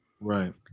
Right